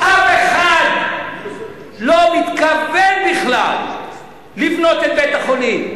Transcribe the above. אף אחד לא מתכוון בכלל לבנות את בית-החולים,